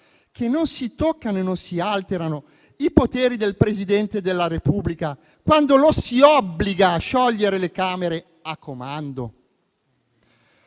che non si toccano e non si alterano i poteri del Presidente della Repubblica, quando lo si obbliga a sciogliere le Camere a comando,